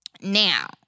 Now